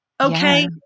Okay